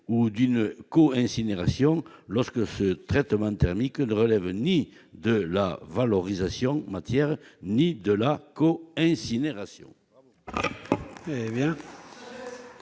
ou une co-incinération, lorsque ce traitement ne relève ni de la valorisation matière ni de la co-incinération.